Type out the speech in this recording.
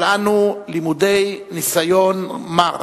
אבל אנו למודי ניסיון מר.